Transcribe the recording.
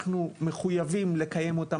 אנחנו מחויבים לקיים אותן,